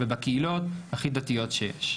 ובקהילות הכי דתיות שיש,